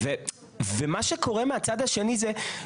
ומה שקורה מהצד השני הוא,